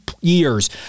years